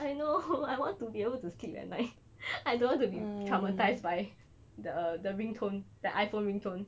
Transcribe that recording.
I know I want to be able to sleep at night I don't want to be traumatised by the the ringtone that iphone ringtone